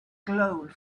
glowed